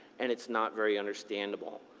and it's not very understandable.